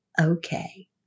okay